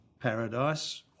paradise